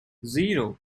zero